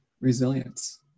resilience